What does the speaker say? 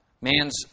Man's